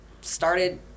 started